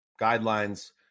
guidelines